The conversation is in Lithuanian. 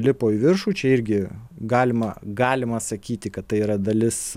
lipo į viršų čia irgi galima galima sakyti kad tai yra dalis